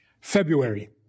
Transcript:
February